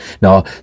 now